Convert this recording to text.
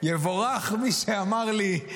יבורך מי שאמר לי,